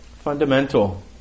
Fundamental